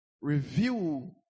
review